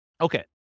Okay